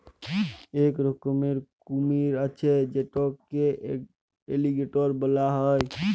ইক রকমের কুমির আছে যেটকে এলিগ্যাটর ব্যলা হ্যয়